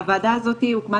הוועדה הזו הוקמה,